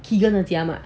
keegan 的家吗